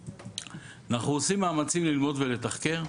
אנחנו עושים מאמצים ללמוד ולתחקר,